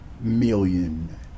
million